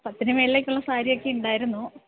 പത്തിന് മുകളിലേക്കുള്ള സാരിയൊക്കെ ഉണ്ടായിരുന്നു